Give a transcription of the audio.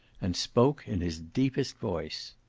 and spoke in his deepest voice.